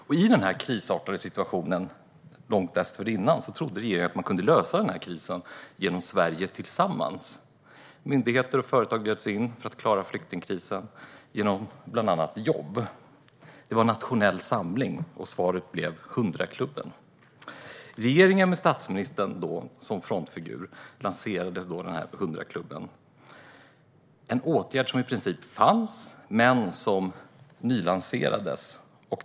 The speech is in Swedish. Långt före denna krisartade situation trodde regeringen att krisen kunde lösas av Sverige tillsammans. Myndigheter och företag bjöds in för att klara flyktingkrisen med hjälp av bland annat jobb. Det var nationell samling. Svaret blev 100-klubben. Regeringen med statsministern som frontfigur lanserade 100-klubben. Det var en åtgärd som i princip redan fanns men som nylanserades.